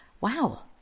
wow